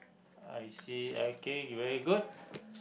I see okay you very good